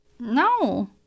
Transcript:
No